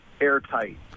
airtight